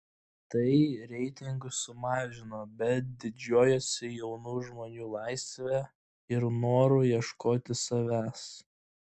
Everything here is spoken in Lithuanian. tai reitingus sumažino bet didžiuojuosi jaunų žmonių laisve ir noru ieškot savęs